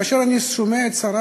כאשר אני שומע את השרה,